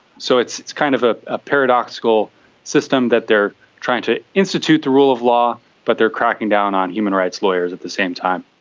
so it's it's kind of a paradoxical system that they are trying to institute the rule of law but they are cracking down on human rights lawyers at the same time.